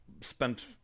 spent